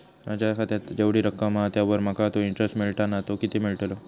माझ्या खात्यात जेवढी रक्कम हा त्यावर माका तो इंटरेस्ट मिळता ना तो किती मिळतलो?